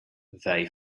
they